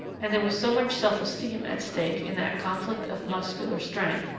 and there was so much self-esteem at stake in that conflict of muscular strength,